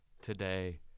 today